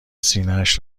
سینهاش